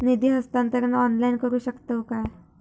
निधी हस्तांतरण ऑनलाइन करू शकतव काय?